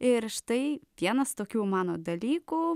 ir štai vienas tokių mano dalykų